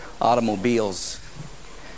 automobiles